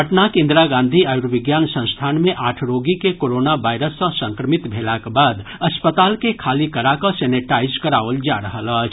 पटनाक इंदिरा गांधी आयुर्विज्ञान संस्थान मे आठ रोगी के कोरोना वायरस सँ संक्रमित भेलाक बाद अस्पताल के खाली करा कऽ सेनेटाईज कराओल जा रहल अछि